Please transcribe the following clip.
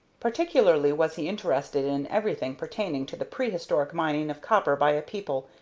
particularly was he interested in everything pertaining to the prehistoric mining of copper by a people,